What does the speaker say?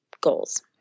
goals